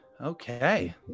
Okay